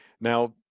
Now